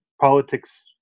politics